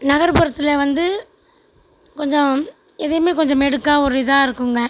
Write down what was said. நகர்ப்புறத்தில் வந்து கொஞ்சம் எதையுமே கொஞ்சம் மிடுக்கா ஒரு இதாக இருக்குங்க